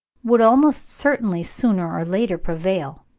would almost certainly sooner or later prevail.